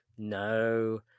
no